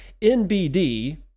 NBD